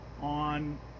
on